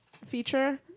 Feature